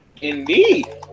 Indeed